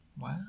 Wow